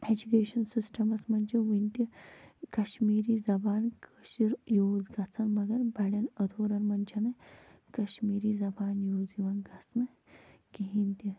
education systems منٛز چھُ وۄنۍ تہِ کشمیٖری زبان کٲشُر یوٗز گژھان مگر بٔڑٮ۪ن بٔڑٮ۪ن ادُورن منٛز چھےٚ نہٕ کشمیٖری زبان یوٗز یِوان گژھنہٕ کِہیٖنۍ تہِ